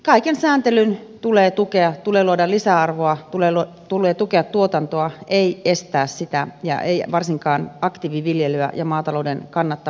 kaiken sääntelyn tulee luoda lisäarvoa tulee tukea tuotantoa ei estää sitä eikä varsinkaan aktiiviviljelyä ja maatalouden kannattavuutta